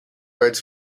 birds